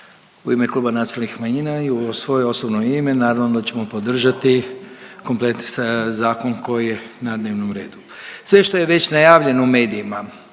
U ime kluba Nacionalnih manjina i u svoje osobno ime naravno da ćemo podržati komplet zakon koji je na dnevnom redu. Sve što je već najavljeno u medijima